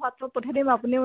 Whats up পঠাই দিম আপুনি